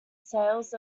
sales